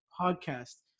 podcast